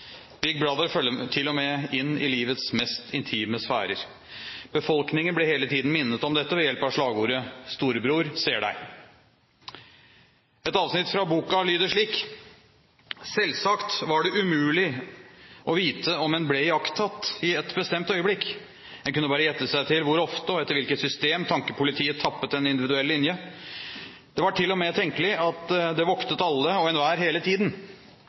Brother» følger med til og med inn i livets mest intime sfærer. Befolkningen blir hele tiden minnet om dette ved hjelp av slagordet «Storebror ser deg». Et avsnitt fra boken lyder slik: «Selvsagt var det umulig å vite om en ble iakttatt i et bestemt øyeblikk. En kunne bare gjette seg til hvor ofte og etter hvilket system Tankepolitiet tappet en individuell linje. Det var til og med tenkelig at det voktet alle og enhver hele tiden.